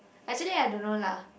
actually I don't know lah